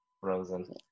Frozen